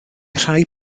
rhai